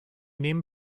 nehmen